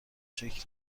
شکل